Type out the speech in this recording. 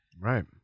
Right